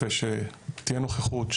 כדי שתהיה נוכחות,